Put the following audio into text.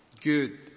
good